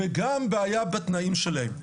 וגם בעיה בתנאים שלהם.